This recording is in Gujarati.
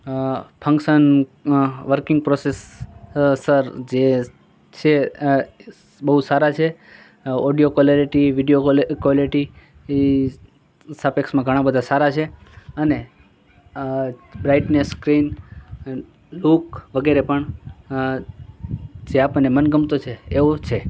અં function um working process uh sir જે છે એ બહુ સારાં છે audio quality video quality quality એ સાપેક્ષમાં ઘણાં બધા સારાં છે અને અ બ્રાઇટનેસ સ્ક્રીન લૂક વગેરે પણ અં જે આપણને મનગમતો છે એવો જ છે